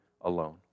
alone